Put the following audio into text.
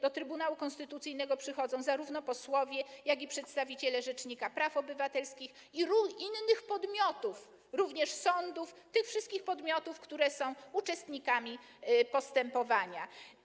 Do Trybunału Konstytucyjnego przychodzą zarówno posłowie, jak i przedstawiciele rzecznika praw obywatelskich, również sądów i rój innych podmiotów, tych wszystkich podmiotów, które są uczestnikami postępowania.